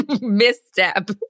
misstep